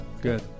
Good